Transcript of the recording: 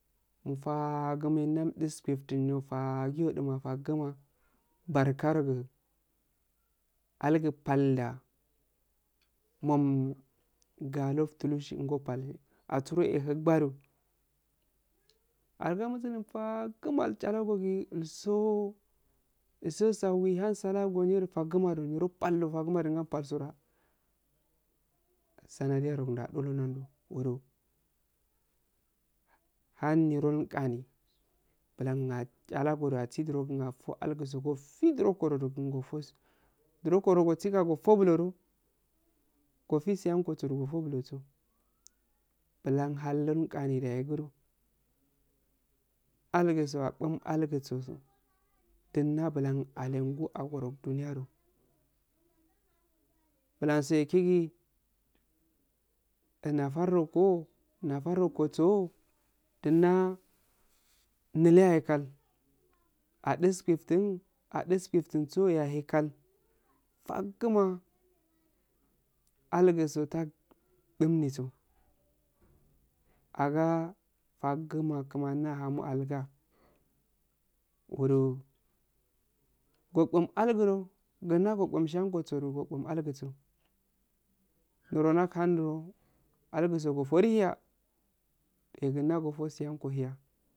Moh faagu meh ndam dustuftuu yyo faguyo duma faguma barka rogu algu pal dda mmom salftushe ngo pal atsuro ehussawa doh alga musu lum faguma milchlagogi isso tsawggi illun salah go niro faguma doh doh niro pal dun anpalgondda sanadiya no gunda adoro niro hanniro qani bulan achalagodu agi diirogun afo alguso gofidiro kododu djirokoro gostsi qah gofo bulo doh fafisiyanko tsodu gofu bulatso bilannal non ngani nda agidu angiso abun algitsoso dinda bilan alengu agoranduniya do bilanso akigi din nafar noko nafarnoko tso dinna dite yahe kal adisfiftin adisfiftun tsoyaheka fakiguma algitso tak dumni tso aga fakgiuma kimani nahamu alga uro koben algi do gi nagoben siyan ko tsodu goben algitso neron dahkhan do algitso gofori hiya eh kinda gofo siyanko hiya